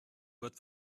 wird